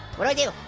what do i do?